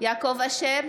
יעקב אשר,